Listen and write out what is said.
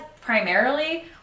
primarily